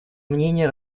мнение